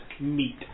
meat